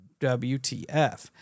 WTF